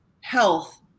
health